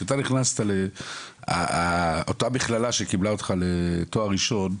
כשאתה נכנסת לאותה מכללה שקיבלה אותך לתואר ראשון,